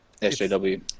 SJW